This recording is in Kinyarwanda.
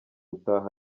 utaha